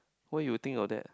why you think of that